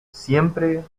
siempre